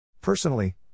Personally